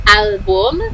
album